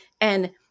And-